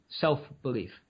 self-belief